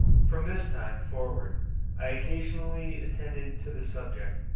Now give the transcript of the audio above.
from this time forward i occasionally attended to the subject,